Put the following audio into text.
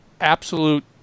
absolute